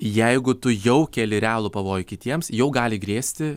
jeigu tu jau kėli realų pavojų kitiems jau gali grėsti